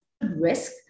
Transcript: risk